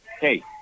hey